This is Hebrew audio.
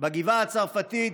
בגבעה הצרפתית